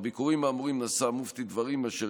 בביקורים האמורים נשא המופתי דברים אשר